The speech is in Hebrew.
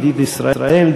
ידיד ישראל,